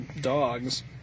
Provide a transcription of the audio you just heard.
dogs